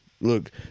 Look